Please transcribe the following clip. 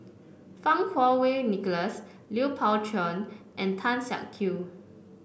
Fang Kuo Wei Nicholas Lui Pao Chuen and Tan Siak Kew